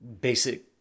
basic